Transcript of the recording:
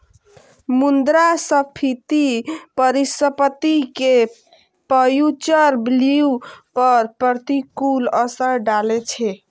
मुद्रास्फीति परिसंपत्ति के फ्यूचर वैल्यू पर प्रतिकूल असर डालै छै